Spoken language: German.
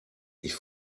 ich